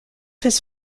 his